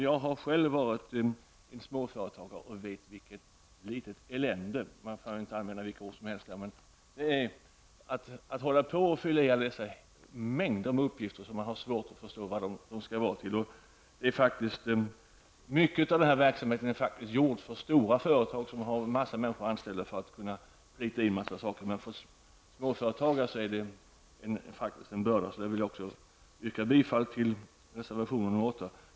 Jag har själv varit småföretagare och vet vilket elände det är att behöva fylla i alla blanketter med mängder av uppgifter som man har svårt att förstå vad de skall vara till. En stor del av denna verksamhet är lämplig för mycket stora företag med en mängd anställda. Men för småföretagare är det en börda. Jag yrkar bifall till reservation 8.